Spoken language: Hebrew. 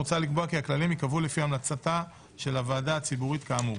מוצע לקבוע כי הכללים ייקבעו לפי המלצתה של הוועדה הציבורית כאמור.